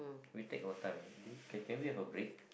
we talk our time can can we have a break